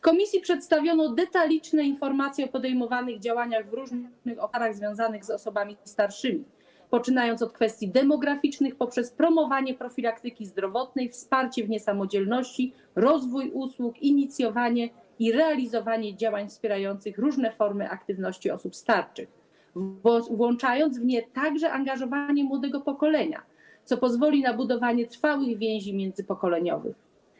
Komisji przedstawiono detaliczne informacje o podejmowanych działaniach w różnych obszarach związanych z osobami starszymi, poczynając od kwestii demograficznych poprzez promowanie profilaktyki zdrowotnej, wsparcie w niesamodzielności, rozwój usług, inicjowanie i realizowanie działań wspierających różne formy aktywności osób starszych, włączając w nie także angażowanie młodego pokolenia, co pozwoli na budowanie trwałych więzi międzypokoleniowych.